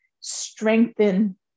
strengthen